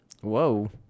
Whoa